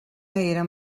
era